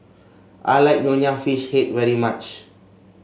I like Nonya Fish Head very much